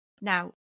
Now